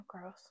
gross